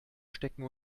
stecken